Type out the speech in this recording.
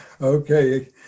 Okay